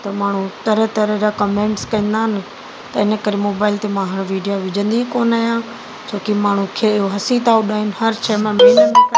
त माण्हू तरह तरह जा कमैंट्स कंदा आहिनि त इनकरे मोबाइल ते मां विडिया विझंदी कोन आहियां छोकी माण्हूअ खे हंसी था उॾाइनि हर शइ में